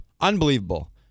Unbelievable